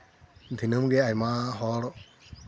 ᱫᱤᱱᱟᱹᱢ ᱜᱮ ᱟᱭᱢᱟ ᱦᱚᱲ